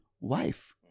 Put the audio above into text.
wife